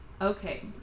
Okay